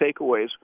takeaways